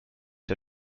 der